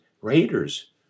raiders